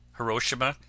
Hiroshima